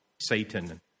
Satan